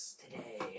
today